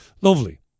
Lovely